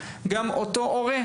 גם אותו הורה,